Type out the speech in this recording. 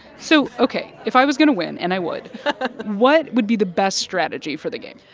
so, ok, if i was going to win and i would what would be the best strategy for the game?